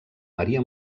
maria